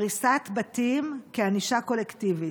הריסת בתים כענישה קולקטיבית.